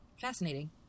Fascinating